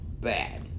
bad